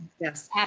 Yes